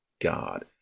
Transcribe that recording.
God